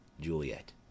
Juliet